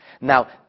Now